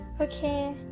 Okay